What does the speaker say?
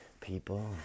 people